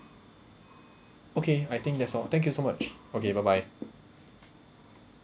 okay I think that's all thank you so much okay bye bye